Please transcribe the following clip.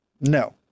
No